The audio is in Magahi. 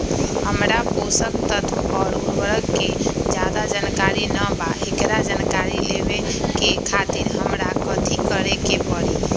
हमरा पोषक तत्व और उर्वरक के ज्यादा जानकारी ना बा एकरा जानकारी लेवे के खातिर हमरा कथी करे के पड़ी?